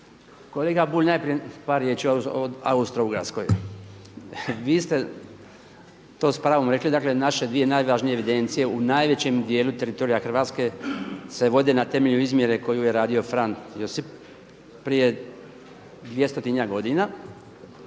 Kolega Bulj, najprije par riječi o Austro-Ugarskoj. Vi ste s pravom rekli, dakle naše dvije najvažnije evidencije u najvećem dijelu teritorija Hrvatske se vode na temelju izmjere koju je radio Fran Josip prije 200-tinjak godina,